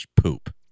poop